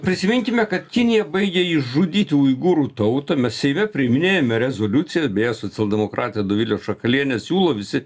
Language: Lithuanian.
prisiminkime kad kinija baigia išžudyti uigurų tautą mes seime priiminėjame rezoliuciją beje socialdemokratė dovilė šakalienė siūlo visi